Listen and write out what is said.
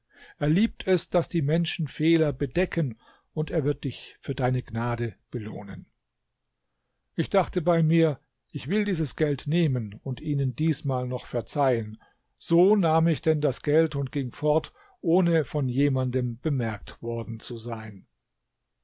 er liebt es daß die menschen fehler bedecken und er wird dich für deine gnade belohnen ich dachte bei mir ich will dieses geld nehmen und ihnen diesmal noch verzeihen so nahm ich denn das geld und ging fort ohne von jemandem bemerkt worden zu sein